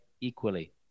equally